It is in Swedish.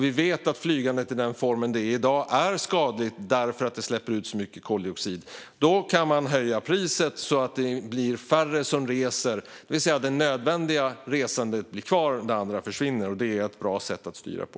Vi vet att flygandet i den form det har i dag är skadligt därför att det släpper ut så mycket koldioxid. Då kan man höja priset så att det blir färre som reser. Då blir det nödvändiga resandet kvar, och det andra försvinner. Det är ett bra sätt att styra på.